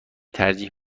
ترجیح